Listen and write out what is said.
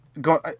go